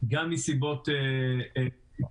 גם מסיבות תפעוליות,